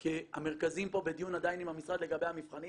כי המרכזים פה בדיון עדיין עם המשרד לגבי המבחנים